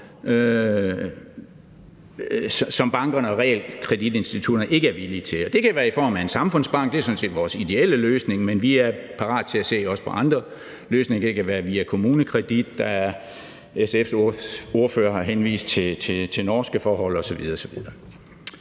som bankerne og realkreditinstitutterne ikke er villige til. Det kan være i form af en samfundsbank. Det er sådan set vores ideelle løsning, men vi er parat til også at se på andre løsninger; det kan være via KommuneKredit, eller det kan være, som SF's ordfører sagde, via at kigge på norske forhold osv.